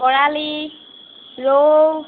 বৰালি ৰৌ